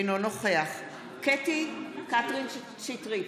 אינו נוכח קטי קטרין שטרית,